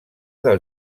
del